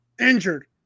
Injured